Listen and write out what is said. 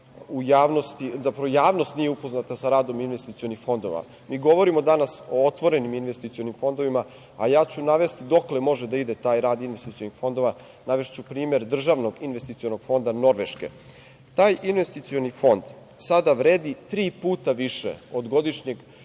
kako bih rekao, javnost nije upoznata sa radom investicionih fondova. Mi govorimo danas o otvorenim investicionim fondovima, a ja ću navesti dokle može da ide taj rad investicionih fondova. Navešću primer Državnog investicionog fonda Norveške. Taj investicioni fond sada vredi tri puta više od godišnjeg